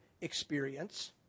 experience